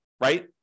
right